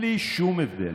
בלי שום הבדל.